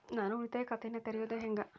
ನಾನು ಉಳಿತಾಯ ಖಾತೆಯನ್ನ ತೆರೆಯೋದು ಹೆಂಗ?